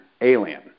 Alien